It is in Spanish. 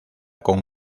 con